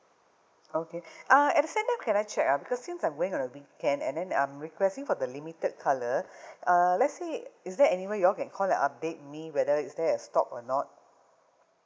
okay uh at the same time can I check ah because since I went on weekend and then I'm requesting for the limited colour uh let's say is there any way that you can call like update me whether is there a stock or not